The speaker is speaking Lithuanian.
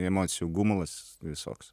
emocijų gumulas visoks